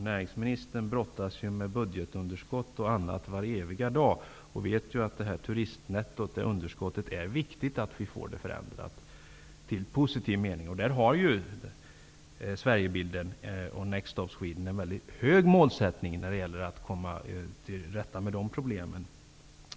Näringsministern, som brottas med budgetunderskott och annat varje dag, vet ju att det är viktigt att turistnettot -- underskottet -- förändras i positiv riktning. Sweden har en väldigt hög målsättning när det gäller att komma till rätta med dessa problem.